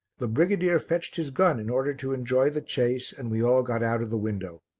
the brigadier fetched his gun in order to enjoy the chase and we all got out of the window.